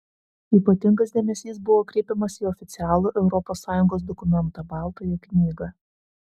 ypatingas dėmesys buvo kreipiamas į oficialų europos sąjungos dokumentą baltąją knygą